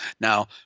now